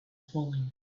falling